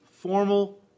formal